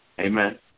Amen